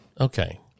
Okay